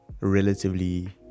relatively